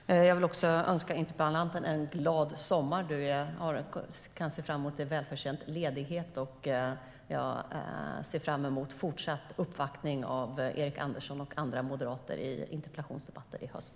Fru talman! Jag vill också önska interpellanten en glad sommar. Du kan se fram emot en välförtjänt ledighet. Jag ser fram emot fortsatt uppvaktning från Erik Andersson och andra moderater i interpellationsdebatter i höst.